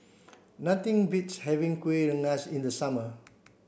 nothing beats having Kuih Rengas in the summer